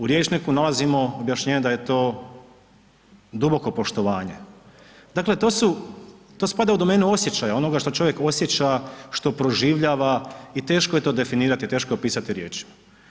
U rječniku nalazimo objašnjenje da je to duboko poštovanje, dakle to spada u domenu osjećaja, ono što čovjek osjeća, što proživljava i teško je to definirati, teško je opisati riječima.